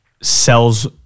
sells